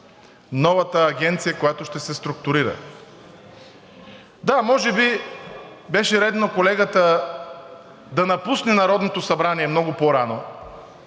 новата агенция, която ще се структурира. Да, може би беше редно колегата да напусне Народното събрание много по-рано,